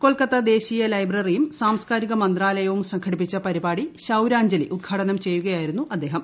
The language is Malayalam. കൊൽക്കത്ത ദേശീയ ലൈബ്രറിയും സാംസ്കാരിക മന്ത്രാലയവും സംഘടിപ്പിച്ച പരിപാടി ശൌരാഞ്ജലി ഉദ്ഘാടനം ചെയ്യുകയായിരുന്നു അദ്ദേഹം